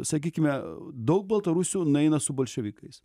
sakykime daug baltarusių nueina su bolševikais